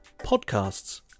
podcasts